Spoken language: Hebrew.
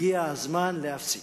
הגיע הזמן להפסיק.